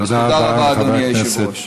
אז תודה רבה, אדוני היושב-ראש.